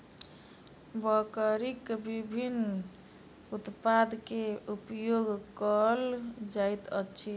बकरीक विभिन्न उत्पाद के उपयोग कयल जाइत अछि